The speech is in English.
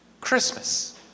Christmas